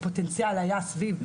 הפוטנציאל היה סביב 800-700,